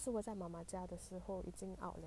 那时我在妈妈家的时候已经 out 了